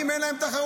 אין להם תחרות,